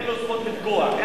אין לו זכות לפגוע.